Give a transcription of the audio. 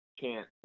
chance